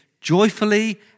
joyfully